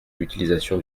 l’utilisation